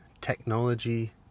technology